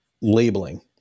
labeling